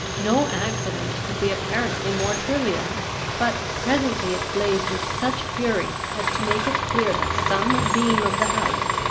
no accident could be apparently more trivial but presently it blazed with such fury, as to make it clear that some beam of the house,